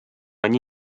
они